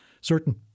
certain